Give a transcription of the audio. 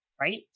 Right